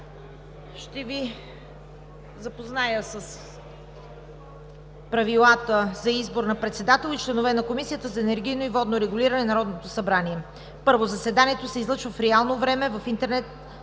ще Ви запозная с Правилата за избор на председател и членове на Комисията за енергийно и водно регулиране от Народното събрание: „1. Заседанието се излъчва в реално време в интернет